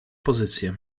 pozycję